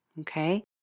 Okay